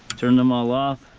turn them all off,